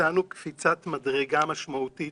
ביצענו קפיצת מדרגה משמעותית